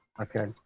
Okay